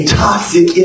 toxic